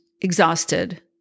exhausted